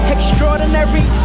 Extraordinary